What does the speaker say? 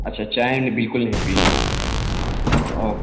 اچھا چائے یعنی بالکل نہیں پینی ہے اوکے